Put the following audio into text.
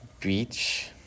beach